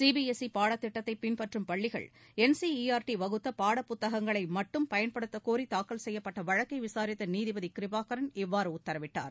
C B S E பாடத்திட்டத்தை பின்பற்றும் பள்ளிகள் N C E R T வகுத்த பாடப் புத்தங்களை மட்டும் பயன்படுத்த கோி தாக்கல் செய்யப்பட்ட வழக்கை விளாித்த நீதிபதி கிருபாகரன் இவ்வாறு உத்தரவிட்டார்